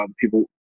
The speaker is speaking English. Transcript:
people